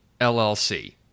LLC